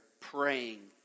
praying